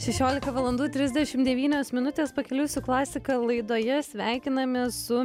šešiolika valandų trisdešim devynios minutės pakeliui su klasika laidoje sveikinamės su